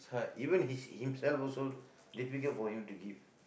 even his himself also difficult for him to give